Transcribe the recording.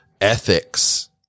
ethics